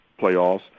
Playoffs